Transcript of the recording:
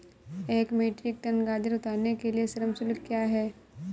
एक metric tonne गाजर उतारने के लिए श्रम शुल्क क्या है?